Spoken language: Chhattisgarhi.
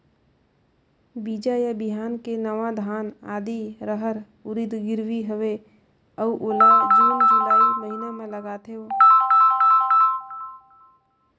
बीजा या बिहान के नवा धान, आदी, रहर, उरीद गिरवी हवे अउ एला जून जुलाई महीना म लगाथेव?